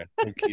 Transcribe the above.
okay